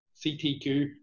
CTQ